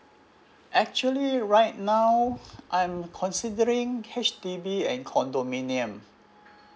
actually right now I'm considering H_D_B and condominium